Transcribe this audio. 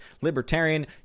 Libertarian